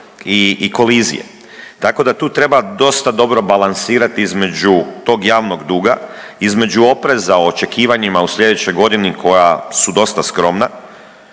i kolizije, tako da tu treba dosta dobro balansirati između tog javnog duga, između opreza o očekivanjima u sljedećoj godini koja su dosta skromna.